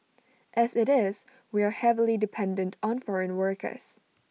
as IT is we are heavily dependent on foreign workers